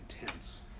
intense